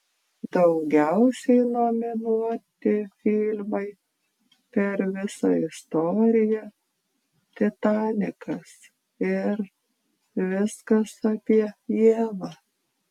daugiausiai nominuoti filmai per visą istoriją titanikas ir viskas apie ievą